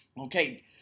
Okay